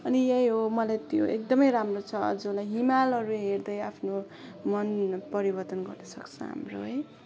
अनि यही हो मलाई त्यो एकदमै राम्रो छ जुन हिमालहरू हेर्दै आफ्नो मन परिवर्तन गर्न सक्छ हाम्रो है